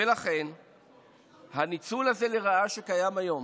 ולכן הניצול הזה לרעה שקיים היום,